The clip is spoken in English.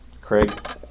Craig